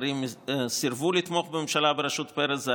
ואחרים סירבו לתמוך בממשלה בראשות פרס.